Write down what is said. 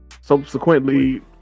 subsequently